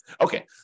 Okay